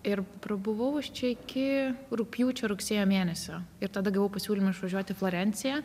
ir prabuvau aš čia iki rugpjūčio rugsėjo mėnesio ir tada gavau pasiūlymą išvažiuot į florenciją